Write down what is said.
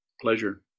pleasure